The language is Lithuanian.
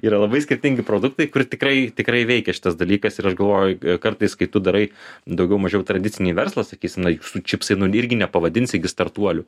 yra labai skirtingi produktai kur tikrai tikrai veikia šitas dalykas ir aš galvoju kartais kai tu darai daugiau mažiau tradicinį verslą sakysim na jūsų čipsai nu irgi nepavadinsi gi startuoliu